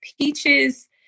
Peaches